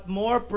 more